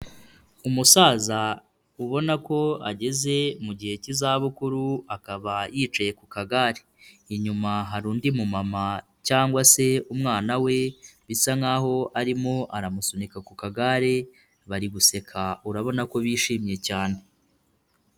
Umusaza ubona ko ageze mu gihe cy'izabukuru akaba yicaye ku kagare. Inyuma hari undi mumama cyangwa se umwana we bisa nkaho arimo aramusunika ku kagare, bari guseka urabona ko bishimye cyane.